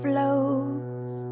Floats